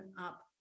up